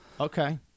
Okay